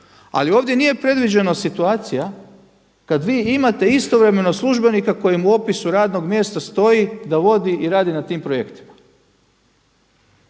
Ali ovdje nije predviđena situacija kada vi imate istovremeno službenika kojem je u opisu radnog mjesta stoji da vodi i radi na tim projektima.